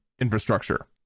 infrastructure